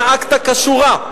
נהגת כשורה,